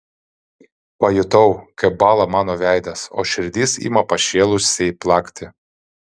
pajutau kaip bąla mano veidas o širdis ima pašėlusiai plakti